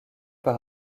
par